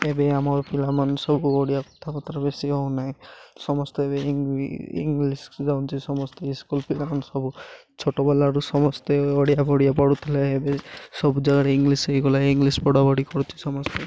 ଏବେ ଆମର ପିଲାମାନେ ସବୁ ଓଡ଼ିଆ କଥାପତ୍ର ବେଶୀ ହଉନାହିଁ ସମସ୍ତେ ଏବେ ଇଂଲିଶ ଯାଉଛି ସମସ୍ତେ ସ୍କୁଲ ପିଲାମାନେ ସବୁ ଛୋଟ ବେଳରୁ ସମସ୍ତେ ଓଡ଼ିଆ ବଢ଼ିଆ ପଢ଼ୁଥିଲେ ଏବେ ସବୁ ଜାଗାରେ ଇଂଲିଶ ହେଇଗଲା ଇଂଲିଶ ପଢ଼ା ପଢ଼ି କରୁି ସମସ୍ତେ